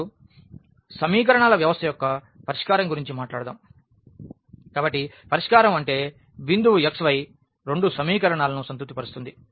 ఇప్పుడు సమీకరణాల వ్యవస్థ యొక్క పరిష్కారం గురించి మాట్లాడదాం కాబట్టి పరిష్కారం అంటే ఈ బిందువు xy రెండు సమీకరణాలను సంతృప్తి పరుస్తుంది